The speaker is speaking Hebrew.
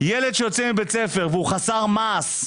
ילד שיוצא מבית ספר והוא חסר מעש,